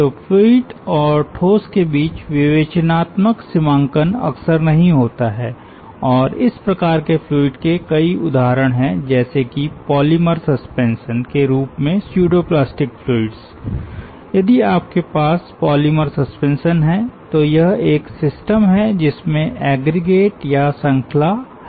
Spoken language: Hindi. तो फ्लूइड और ठोस के बीच विवेचनात्मक सीमांकन अक्सर नहीं होता है और इस प्रकार के फ्लूइड के कई उदाहरण हैं जैसे कि पॉलीमर सस्पेंशन के रूप में स्यूडो प्लास्टिक फ्लुइड्स यदि आपके पास पॉलिमर सस्पेंशन है तो यह एक सिस्टम है जिसमें एग्रीगेट या श्रृंखला हैं